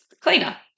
cleaner